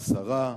השרה,